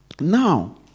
Now